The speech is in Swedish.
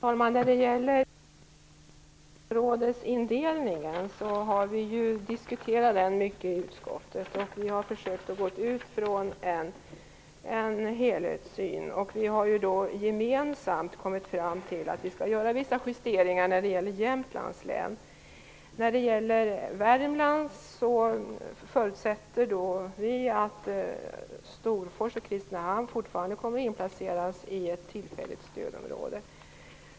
Fru talman! Vi har diskuterat stödområdesindelningen en hel del i utskottet. Vi har försökt att utgå från en helhetssyn. Vi har gemensamt kommit fram till att det skall göras vissa justeringar i Jämtlands län. När det gäller Värmland förutsätter vi att Storfors och Kristinehamn fortfarande kommer att var inplacerade i ett tillfälligt stödområde.